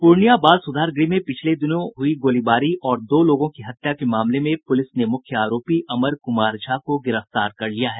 पूर्णिया बाल सुधार गृह में पिछले दिनों हुई गोलीबारी और दो लोगों की हत्या के मामले में पुलिस ने मुख्य आरोपी अमर कुमार झा को गिरफ्तार कर लिया है